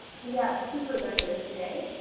we have two presenters today.